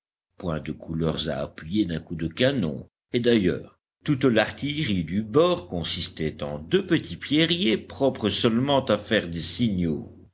point de couleurs à appuyer d'un coup de canon et d'ailleurs toute l'artillerie du bord consistait en deux petits pierriers propres seulement à faire des signaux